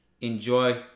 Enjoy